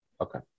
Okay